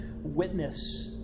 witness